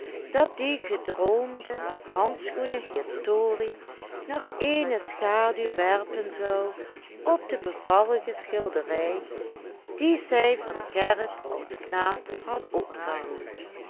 dat die gedroomde handschoenenhistorie nog eene schaduw werpen zou op de bevallige schilderij die zij van gerrit als knaap had opgehangen